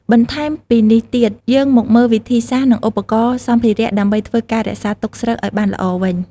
បន្ថែមពីនេះទៀត យើងមកមើលវិធីសាស្ត្រ និងឧបករណ៍ សម្ភារៈ ដើម្បីធ្វើការរក្សាទុកស្រូវឲ្យបានល្អវិញ។